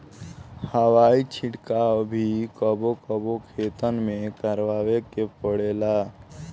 हवाई छिड़काव भी कबो कबो खेतन में करावे के पड़ेला